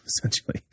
essentially